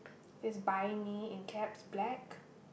there's buy me in caps black